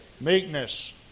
Meekness